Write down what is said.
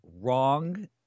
wrong